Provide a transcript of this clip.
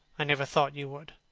i never thought you would.